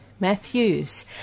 Matthews